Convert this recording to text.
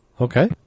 Okay